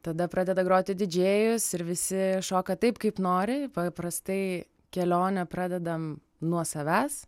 tada pradeda groti didžėjus ir visi šoka taip kaip nori paprastai kelionę pradedam nuo savęs